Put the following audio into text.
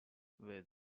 within